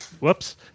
whoops